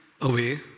away